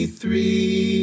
three